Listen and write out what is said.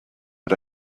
but